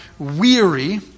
Weary